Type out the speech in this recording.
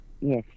Yes